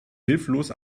hilflos